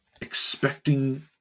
expecting